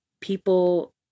people